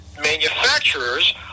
manufacturers